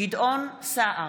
גדעון סער,